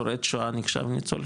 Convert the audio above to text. שורד שואה, נחשב ניצול שואה?